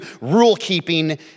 rule-keeping